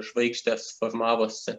žvaigždės formavosi